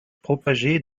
propagée